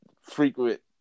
frequent